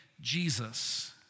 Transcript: Jesus